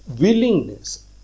willingness